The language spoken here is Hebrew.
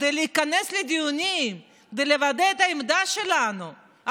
כדי להיכנס לדיונים ולבטא את העמדה שלנו,